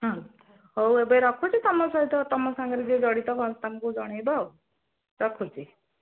ହଁ ହଉ ଏବେ ରଖୁଛି ତମ ସହିତ ତମ ସାଙ୍ଗରେ ଯିଏ ଜଡ଼ିତ ତମକୁ ଜଣେଇବ ଆଉ ରଖୁଛି